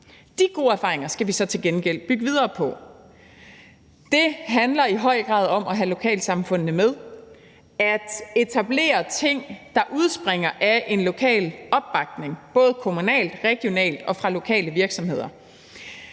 De gode erfaringer skal vi så til gengæld bygge videre på. Det handler i høj grad om at have lokalsamfundene med og om at etablere ting, der udspringer af en lokal opbakning, både kommunalt, regionalt og fra lokale virksomheder.